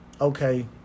okay